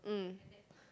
mm